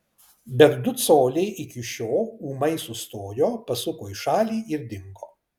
bet du coliai iki šio ūmai sustojo pasuko į šalį ir dingo